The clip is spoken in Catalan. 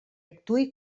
actuï